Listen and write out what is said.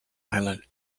island